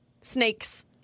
snakes